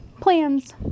plans